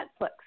Netflix